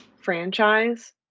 franchise